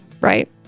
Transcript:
right